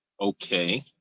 Okay